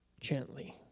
gently